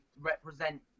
represent